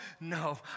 no